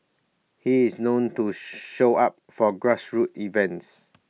he is known to show up for grassroots events